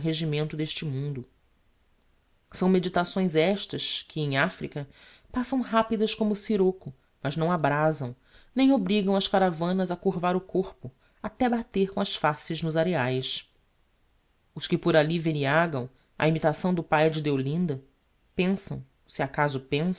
d'este mundo são meditações estas que em africa passam rapidas como o sirôco mas não abrazam nem obrigam as caravanas a curvar o corpo até bater com as faces nos areaes os que por alli veniagam á imitação do pai de deolinda pensam se acaso pensam